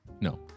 No